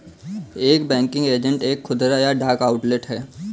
एक banking agent एक खुदरा या डाक आउटलेट है